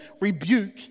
rebuke